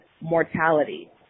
mortality